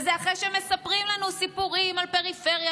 וזה אחרי שמספרים לנו סיפורים על פריפריה